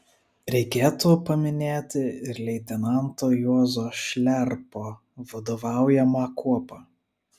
reikėtų paminėti ir leitenanto juozo šliarpo vadovaujamą kuopą